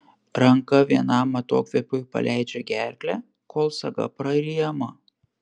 ranka vienam atokvėpiui paleidžia gerklę kol saga praryjama